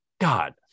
God